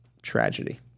tragedy